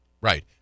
Right